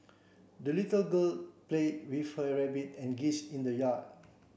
the little girl played with her rabbit and geese in the yard